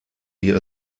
wir